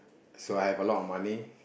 so I have a lot of money